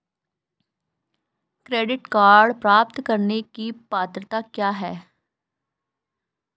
Credit card प्राप्त करने की पात्रता क्या है?